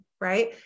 right